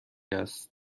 است